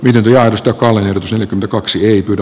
lähetystö kalle pysynyt kaksi ja